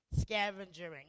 scavenging